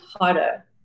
harder